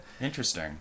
interesting